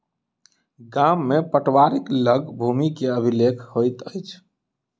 गाम में पटवारीक लग भूमि के अभिलेख होइत अछि